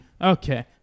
Okay